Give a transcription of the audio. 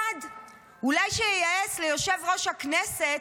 1. אולי שייעץ ליושב-ראש הכנסת,